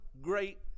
great